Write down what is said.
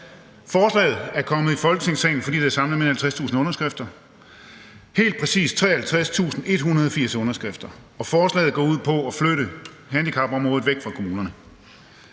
Forslaget er kommet i Folketingssalen, fordi der er samlet mere end 50.000 underskrifter, helt præcist 53.180 underskrifter. Forslaget går ud på at flytte handicapområdet væk fra kommunerne.